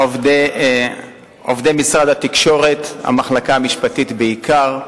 עובדי משרד התקשורת, המחלקה המשפטית בעיקר,